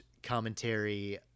commentary